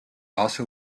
also